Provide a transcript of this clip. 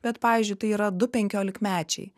bet pavyzdžiui tai yra du penkiolikmečiai